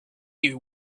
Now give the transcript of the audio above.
you